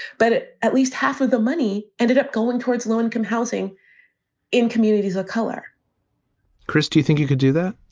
but at least half of the money ended up going towards low-income housing in communities of color chris, do you think you could do that?